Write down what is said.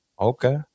Okay